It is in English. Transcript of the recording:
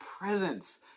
presence